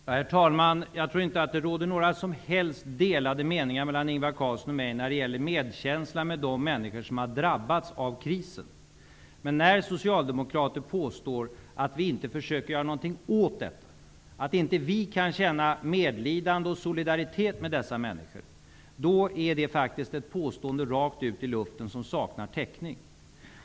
Herr talman! Jag tror inte att det råder några som helst delade meningar mellan Ingvar Carlsson och mig när det gäller medkänsla med de människor som har drabbats av krisen. När socialdemokrater påstår att regeringen inte försöker göra något åt det och att vi inte kan känna medlidande och solidaritet med dessa människor, är det faktiskt ett påstående rakt ut i luften som saknar täckning.